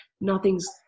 nothing's